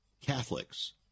Catholics